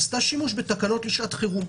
עשתה שימוש בתקנות לעת חירום.